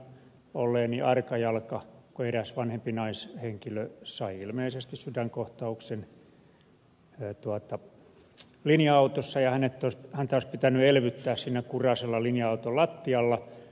tunnustan olleeni arkajalka kun eräs vanhempi naishenkilö sai ilmeisesti sydänkohtauksen linja autossa ja häntä olisi pitänyt elvyttää siinä kuraisella linja auton lattialla